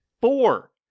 four